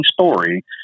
story